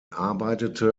arbeitete